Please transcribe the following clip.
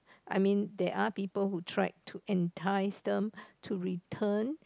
I mean they are people who tried to entice them to return